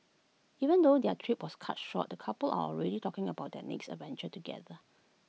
even though their trip was cut short the couple are already talking about their next adventure together